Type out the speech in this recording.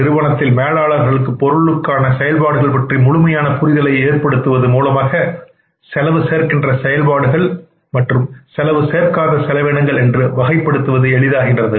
நிறுவனத்தின் மேலாளர்களுக்கு பொருளுக்கான செயல்பாடுகளைப் பற்றி முழுமையான புரிதலை ஏற்படுத்துவது மூலமாக செலவு சேர்க்கின்ற செயல்பாடுகள் செலவு சேர்க்காத செலவினங்கள் என்று வகைப்படுத்துவது எளிதாகிறது